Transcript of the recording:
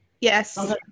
Yes